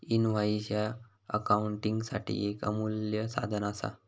invoice ह्या अकाउंटिंगसाठी येक अमूल्य साधन असा